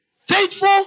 Faithful